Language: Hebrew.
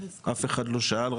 אף אחד לא שאל,